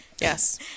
Yes